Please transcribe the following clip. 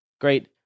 Great